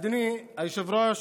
אדוני היושב-ראש,